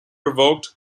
revoked